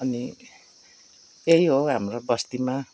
अनि त्यही हो हाम्रो बस्तीमा